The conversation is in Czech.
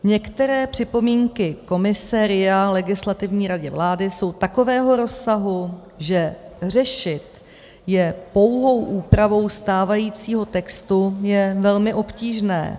Některé připomínky komise RIA Legislativní radě vlády jsou takového rozsahu, že řešit je pouhou úpravou stávajícího textu je velmi obtížné.